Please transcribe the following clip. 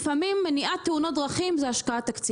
לפעמים מניעת תאונות דרכים זה השקעה תקציבית,